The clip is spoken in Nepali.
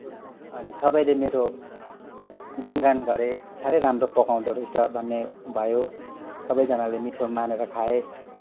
अनि सबैले मेरो गुण गान गरे सारै राम्रो पकाउँदो रहेछ भन्ने भयो सबैजनाले मिठो मानेर खाए